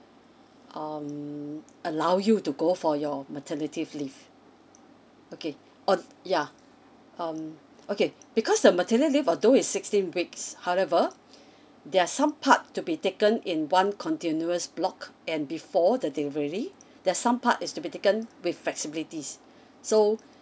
um allow you to go for your maternity leave okay uh yeah um okay because the maternity leave although it's sixteen weeks however there are some part to be taken in one continuous block and before the delivery there's some part is to be taken with flexibilities so